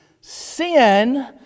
sin